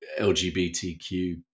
LGBTQ